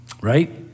right